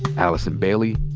allison bailey,